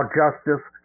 justice